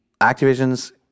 Activision's